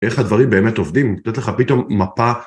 איך הדברים באמת עובדים, לתת לך פתאום מפה.